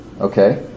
Okay